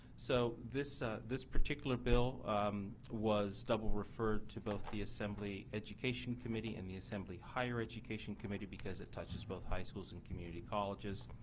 so this this particular bill was double referred to both the assembly education committee and the assembly higher education committee because it touches both high school so and community colleges.